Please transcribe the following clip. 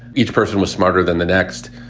each person was smarter than the next.